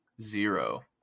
Zero